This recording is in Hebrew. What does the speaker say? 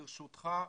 ברשותך,